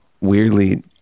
weirdly